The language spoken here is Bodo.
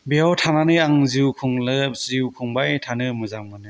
बेयाव थानानै आं जिउ खुंबाय थानो मोजां मोनो